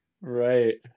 Right